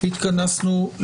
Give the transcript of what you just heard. נתכנסנו.